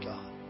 God